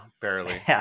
barely